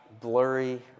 blurry